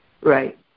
right